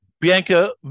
Bianca